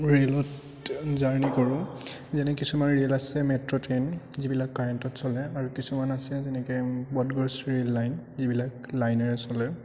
ৰে'লত জাৰ্ণী কৰোঁ যেনে কিছুমান ৰে'ল আছে মেট্ৰ' ট্ৰেইন যিবিলাক কাৰেণ্টত চলে আৰু কিছুমান আছে তেনেকে ব্ৰডগ'জ ৰে'ল লাইন যিবিলাক লাইনেৰে চলে